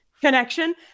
connection